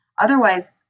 Otherwise